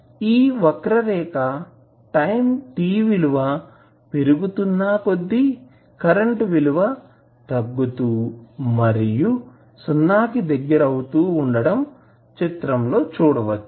ఈ వక్రరేఖ time t విలువ పెరుగుతున్న కొద్దీ కరెంటు విలువ తగ్గుతూ మరియు సున్నా కి దగ్గర అవుతూ ఉండటం చిత్రంలో చూడవచ్చు